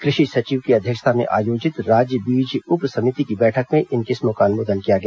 कृषि सचिव की अध्यक्षता में आयोजित राज्य बीज उप समिति की बैठक में इन किस्मों का अनुमोदन किया गया